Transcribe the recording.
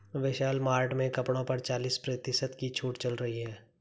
विशाल Mart में कपड़ों पर चालीस प्रतिशत की छूट चल रही है